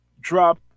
drop